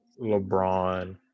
LeBron